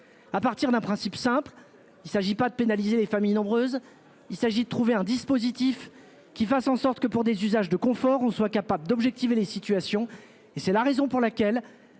à partir d'un principe simple, il s'agit pas de pénaliser les familles nombreuses. Il s'agit de trouver un dispositif qui fasse en sorte que pour des usages de confort, on soit capable d'objectiver les situations et c'est la raison pour laquelle